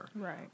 right